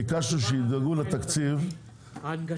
מדובר רק בפיילוט, אדוני.